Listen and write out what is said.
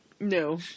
No